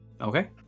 Okay